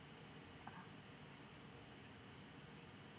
ah